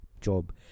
job